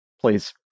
please